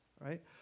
Right